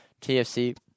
TFC—